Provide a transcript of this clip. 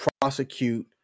prosecute